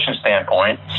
standpoint